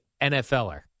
NFLer